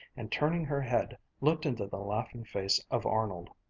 and turning her head, looked into the laughing face of arnold.